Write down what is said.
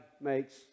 makes